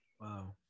wow